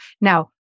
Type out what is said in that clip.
Now